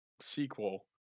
sequel